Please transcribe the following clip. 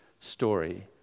story